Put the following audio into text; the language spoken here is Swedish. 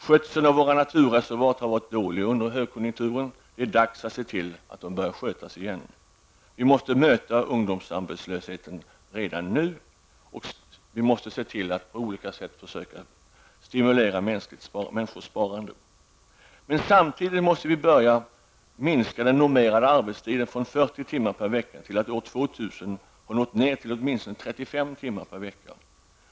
Skötseln av våra naturreservat har varit dålig under högkonjunkturen. Det är dags att se till att naturreservaten börjar skötas igen. Vi måste minska ungdomsarbetslösheten redan nu och se till att på olika sätt stimulera människors sparande. Men samtidigt måste vi börja minska den normerade arbetstiden från 40 timmar per vecka till att år 2000 ha nått ned till åtminstone 35 timmar per vecka.